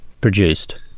produced